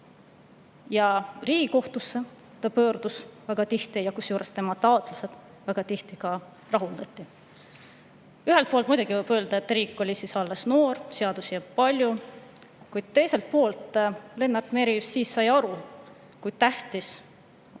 Riigikohtusse ta pöördus väga tihti ja tema taotlused väga tihti ka rahuldati. Ühelt poolt muidugi võib öelda, et riik oli siis alles noor, seadusi loodi palju, kuid teiselt poolt sai Lennart Meri aru, kui tähtis